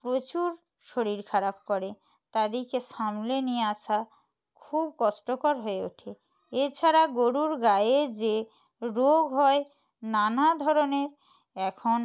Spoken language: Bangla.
প্রচুর শরীর খারাপ করে তাদেরকে সামলে নিয়ে আসা খুব কষ্টকর হয়ে ওঠে এছাড়া গোরুর গায়ে যে রোগ হয় নানা ধরনের এখন